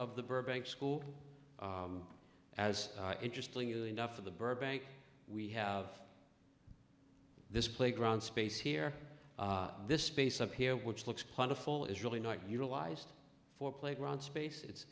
of the burbank school as interesting enough for the burbank we have this playground space here this space up here which looks wonderful is really not utilized for playground space it's